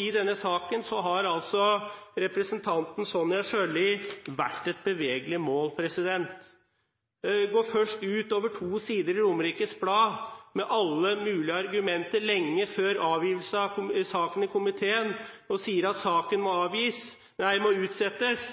I denne saken har representanten Sonja Irene Sjøli vært et bevegelig mål. Hun går først ut over to sider i Romerikes Blad med alle mulige argumenter lenge før avgivelse av saken og sier at saken må utsettes.